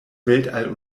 weltall